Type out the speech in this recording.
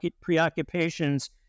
preoccupations